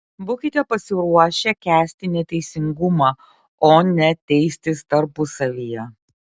būkite pasiruošę kęsti neteisingumą o ne teistis tarpusavyje